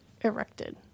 erected